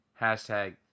hashtag